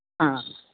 ആഹ്